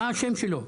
מה השם שלו?